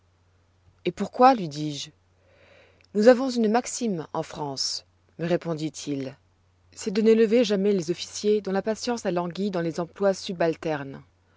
et pourquoi lui dis-je nous avons une maxime en france me répondit-il c'est de n'élever jamais les officiers dont la patience a langui dans des emplois subalternes